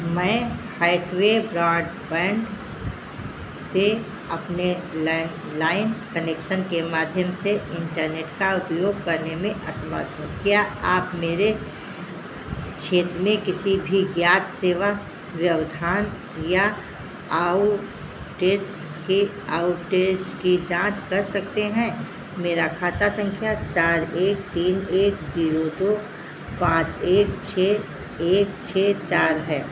मैं हैथवे ब्रॉडबैंड से अपने लैंडलाइन कनेक्शन के माध्यम से इंटरनेट का उपयोग करने में असमर्थ हूँ क्या आप मेरे क्षेत्र में किसी भी ज्ञात सेवा व्यवधान या आउटेज की आउटेज कि जांच कर सकते हैं मेरा खाता संख्या चार एक तीन एक जीरो दो पाँच एक छः एक चार है